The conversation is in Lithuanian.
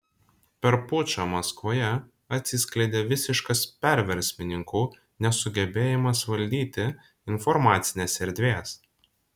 per pučą maskvoje atsiskleidė visiškas perversmininkų nesugebėjimas valdyti informacinės erdvės